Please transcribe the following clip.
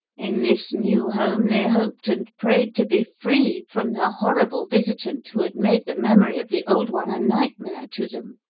in this new home they hoped and prayed to be free from the horrible visitant who had made the memory of the old one a nightmare to them,